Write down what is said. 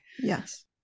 Yes